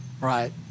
Right